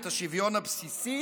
את השוויון הבסיסי